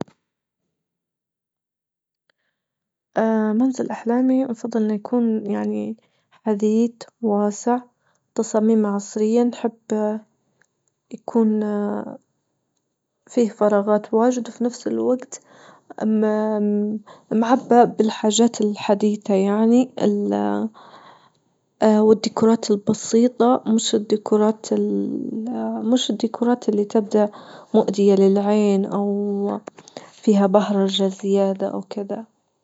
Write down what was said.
اه منزل أحلامي نفضل أنه يكون يعني حديث واسع تصاميمه عصريا تحب يكون فيه فراغات واجد في نفس الوجت أما معبأ بالحاجات الحديثة يعني ال والديكورات البسيطة مش الديكورات ال مش الديكورات اللي تبدأ مؤذية للعين أو فيها بهرجة زيادة أو كدا.